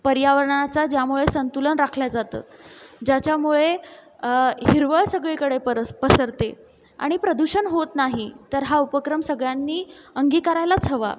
पर्यावरणाचा ज्यामुळे संतुलन राखलं जातं ज्याच्यामुळे हिरवळ सगळीकडे परस पसरते आणि प्रदूषण होत नाही तर हा उपक्रम सगळ्यांनी अंगीकारायलाच हवा